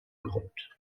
grund